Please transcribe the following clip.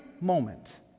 moment